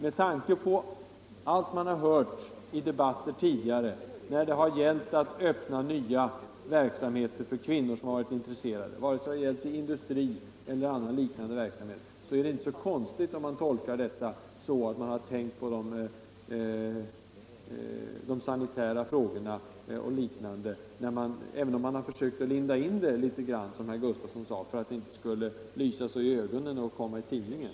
Med tanke på allt vad man har hört i tidigare debatter när det gällt att öppna nya verksamheter för kvinnor som varit intresserade — vare sig det gällt industri eller annan liknande verksamhet — är det inte så konstigt att man tolkar uttalandet så att utredningen har tänkt på de sanitära frågorna även om man försökte linda in det litet grand, som herr Gustavsson sade, för att det inte skulle lysa i ögonen och komma i tidningen.